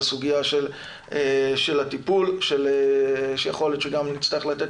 זה הסוגיה של הטיפול שיכול להיות שנצטרך לתת